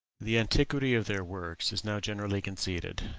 the antiquity of their works is now generally conceded.